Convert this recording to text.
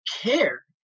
care